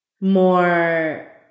more